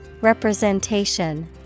Representation